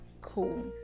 cool